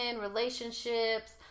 relationships